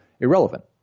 irrelevant